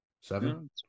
seven